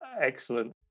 Excellent